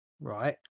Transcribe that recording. Right